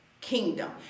kingdom